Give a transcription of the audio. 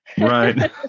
right